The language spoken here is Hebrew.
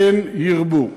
כן ירבו.